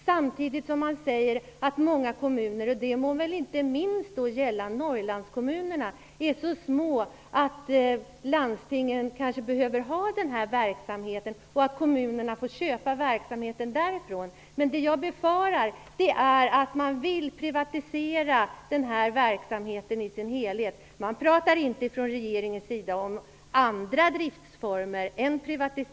Samtidigt säger man att många kommuner är så små att landstingen kanske behöver ha denna verksamhet och att kommunerna får köpa verksamhet därifrån. Det må inte minst gälla Norrlandskommunerna. Det jag befarar är att man vill privatisera denna verksamhet i dess helhet. Från regeringens sida pratar man inte om andra driftsformer än privata.